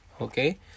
okay